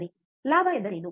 ಲಾಭ ಎಂದರೇನು